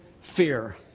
fear